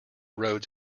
roads